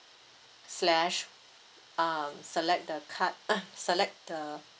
slash um select the card uh select the